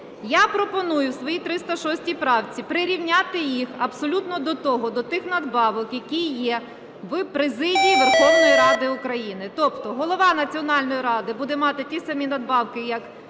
Я пропоную у своїй 306 правці прирівняти їх абсолютно до того, до тих надбавок, які є в президії Верховної Ради України. Тобто голова Національної ради буде мати ті самі надбавки, як